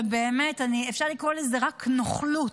ובאמת אפשר לקרוא לזה רק "נוכלות",